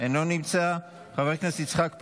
אינו נמצא, חבר הכנסת יצחק פינדרוס,